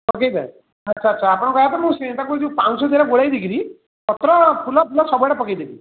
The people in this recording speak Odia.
ଅଧିକା ଆଚ୍ଛା ଆଚ୍ଛା ଆପଣ କହିବା କଥା ସେଇଟାକୁ ଯେଉଁ ପାଉଁଶ ଦେହରେ ଗୋଳେଇ ଦେଇକରି ପତ୍ର ଫୁଲ ଫୁଲ ସବୁ ଆଡ଼େ ପକେଇଦେବି